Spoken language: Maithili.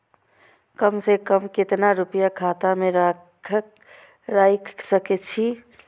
कम से कम केतना रूपया खाता में राइख सके छी?